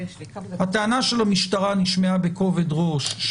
הטענה של המשטרה נשמעה בכובד ראש,